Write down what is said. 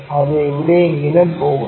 അത് എവിടെയെങ്കിലും പോകുന്നു